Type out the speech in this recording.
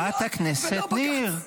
חברת הכנסת ניר.